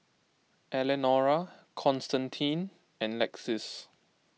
Elenora Constantine and Lexis